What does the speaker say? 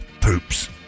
poops